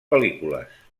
pel·lícules